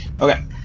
Okay